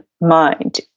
mind